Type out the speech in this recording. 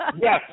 yes